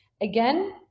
again